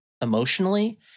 Emotionally